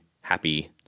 happy